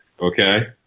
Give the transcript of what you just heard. Okay